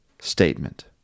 statement